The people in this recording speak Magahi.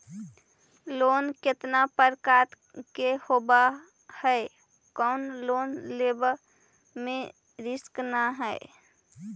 लोन कितना प्रकार के होबा है कोन लोन लेब में रिस्क न है?